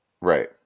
Right